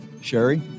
sherry